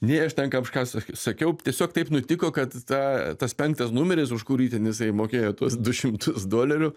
nei aš ten kažkas sakiau tiesiog taip nutiko kad ta tas penktas numeris už kurį ten jisai mokėjo tuos du šimtus dolerių